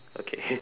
okay